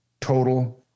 total